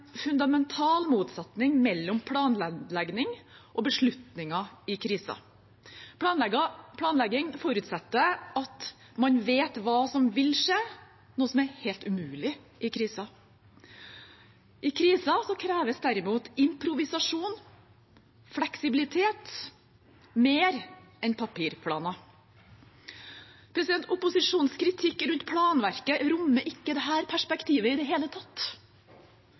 fundamental motsetning mellom planlegging og beslutninger i kriser. Planlegging forutsetter at man vet hva som vil skje, noe som er helt umulig i kriser. I kriser kreves derimot improvisasjon og fleksibilitet – mer enn papirplaner. Opposisjonens kritikk rundt planverket rommer ikke dette perspektivet i det hele tatt.